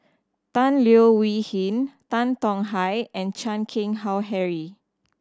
Tan Leo Wee Hin Tan Tong Hye and Chan Keng Howe Harry